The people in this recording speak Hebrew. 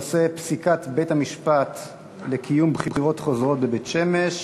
2080 ו-2112 בנושא: פסיקת בית-המשפט בדבר קיום בחירות חוזרות בבית-שמש.